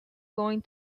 going